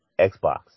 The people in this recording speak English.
Xbox